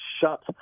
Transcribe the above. shut